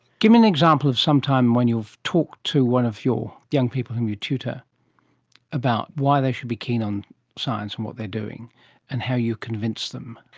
give me an example of some time when you've talked to one of your young people whom you tutor about why they should be keen on science and what they are doing and how you convince them.